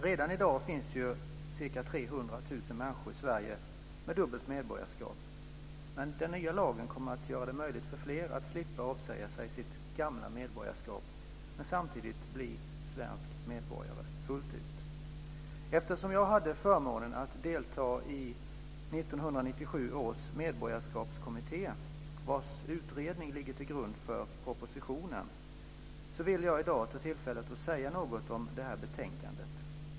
Redan i dag finns ju ca 300 000 människor i Sverige med dubbelt medborgarskap, men den nya lagen kommer att göra det möjligt för flera att slippa avsäga sig sitt gamla medborgarskap men samtidigt bli svenska medborgare fullt ut. Eftersom jag hade förmånen att delta i 1997 års medborgarskapskommitté, vars utredning ligger till grund för propositionen, så vill jag i dag ta tillfället att säga något om det här betänkandet.